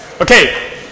Okay